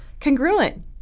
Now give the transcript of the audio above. congruent